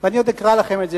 אני עוד אקרא לכם את זה,